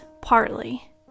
partly